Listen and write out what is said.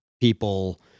people